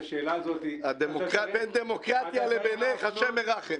בין דמוקרטיה לבינך, השם ירחם.